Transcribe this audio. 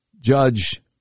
Judge